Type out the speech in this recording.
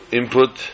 input